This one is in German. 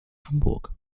hamburg